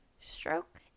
stroke